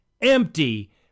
empty